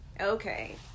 Okay